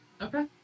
Okay